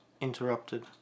interrupted